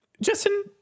justin